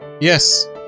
Yes